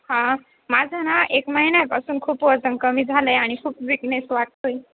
हां माझं ना एक महिन्यापासून खूप वजन कमी झालं आहे आणि खूप विकनेस वाटतो आहे